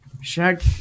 Shag